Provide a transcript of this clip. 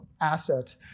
asset